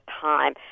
time